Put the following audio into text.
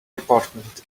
department